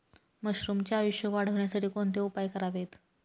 मशरुमचे आयुष्य वाढवण्यासाठी कोणते उपाय करावेत?